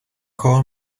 call